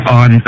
on